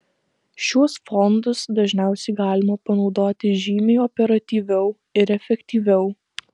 šiuos fondus dažniausiai galima panaudoti žymiai operatyviau ir efektyviau